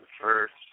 first